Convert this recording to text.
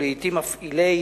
ולעתים מפעילי